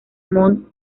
mont